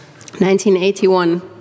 1981